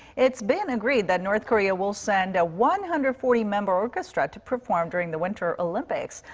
it's been agreed that north korea will send a one hundred forty member orchestra to perform during the winter olympics.